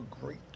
great